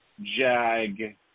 Jag